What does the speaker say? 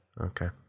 okay